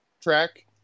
track